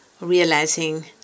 realizing